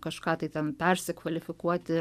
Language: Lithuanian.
kažką tai ten persikvalifikuoti